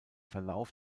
verlauf